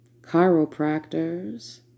chiropractors